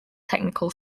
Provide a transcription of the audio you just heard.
technical